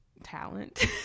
talent